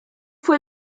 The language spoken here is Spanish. fue